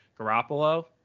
Garoppolo